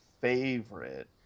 favorite